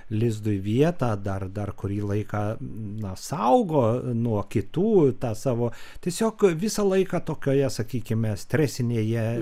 lizdui vietą dar dar kurį laiką na saugo nuo kitų tą savo tiesiog visą laiką tokioje sakykime stresinėje